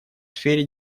сфере